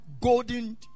golden